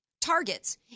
targets